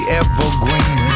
evergreen